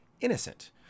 innocent